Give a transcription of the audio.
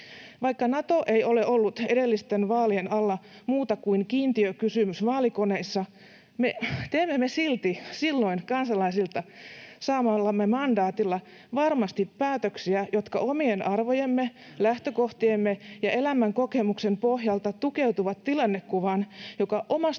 Vaikka Nato ei ole ollut edellisten vaalien alla muuta kuin kiintiökysymys vaalikoneissa, teemme me silti kansalaisilta saamallamme mandaatilla varmasti päätöksiä, jotka omien arvojemme, lähtökohtiemme ja elämänkokemuksemme pohjalta tukeutuvat tilannekuvaan, joka omasta